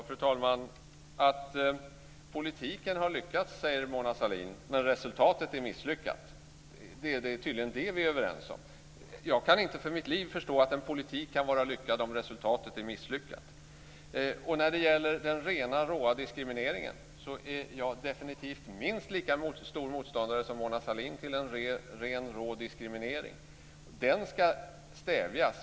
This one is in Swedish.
Fru talman! Politiken har lyckats, säger Mona Sahlin, men resultatet är misslyckat. Det är vi tydligen överens om. Jag kan inte för mitt liv förstå att en politik kan vara lyckad om resultatet är misslyckat. När det gäller den rena råa diskrimineringen är jag definitivt minst lika stor motståndare som Mona Sahlin till en ren rå diskriminering. Den ska stävjas.